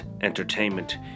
entertainment